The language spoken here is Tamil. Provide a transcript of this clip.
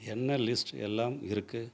என்ன லிஸ்ட் எல்லாம் இருக்குது